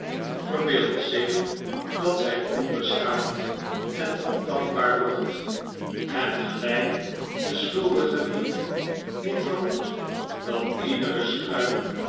verbeeldt zich dat zij onbeschaamd en ondankbaar wordt en gelijk de schuldige dief die vermoedt dat iedere struik